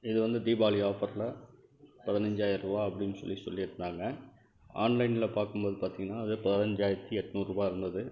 இதுவந்து தீபாவளி ஆஃபரில் பதினஞ்சாயிரரூவா அப்படினு சொல்லி சொல்லியிருந்தாங்க ஆன்லைனில் பார்க்கும்போது பார்த்திங்கனா அது பதினஞ்சாயிரத்து எட்நூறுபா இருந்தது